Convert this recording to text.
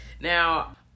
Now